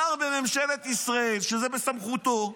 שר בממשלת ישראל, שזה בסמכותו,